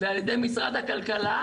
ועל ידי משרד הכלכלה,